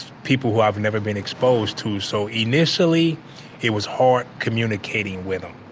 people who i have never been exposed to. so initially it was hard communicating with them.